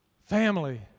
Family